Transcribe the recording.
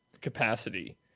capacity